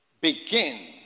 begin